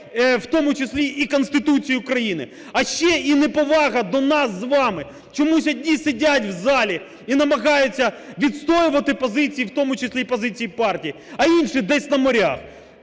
в тому числі і Конституції України. А ще і неповага до нас з вами, чомусь одні сидять в залі і намагаються відстоювати позиції, в тому числі і позиції партій, а інші десь на морях.